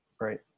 right